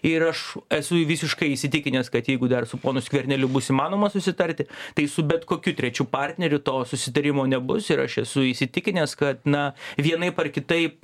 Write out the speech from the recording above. ir aš esu visiškai įsitikinęs kad jeigu dar su ponu skverneliu bus įmanoma susitarti tai su bet kokiu trečiu partneriu to susitarimo nebus ir aš esu įsitikinęs kad na vienaip ar kitaip